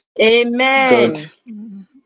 Amen